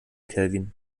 kelvin